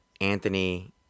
Anthony